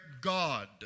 God